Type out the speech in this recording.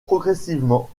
progressivement